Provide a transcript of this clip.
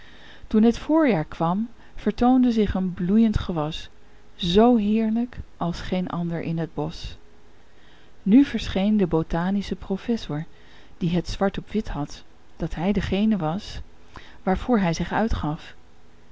toen het voorjaar kwam vertoonde zich een bloeiend gewas zoo heerlijk als geen ander in het bosch nu verscheen de botanische professor die het zwart op wit had dat hij datgene was waarvoor hij zich uitgaf